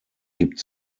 gibt